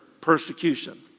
persecution